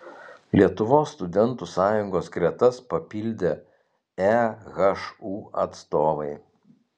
lietuvos studentų sąjungos gretas papildė ehu atstovai